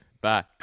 Bye